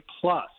plus